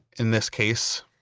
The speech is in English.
in this case,